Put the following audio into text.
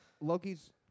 Loki's